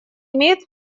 имеет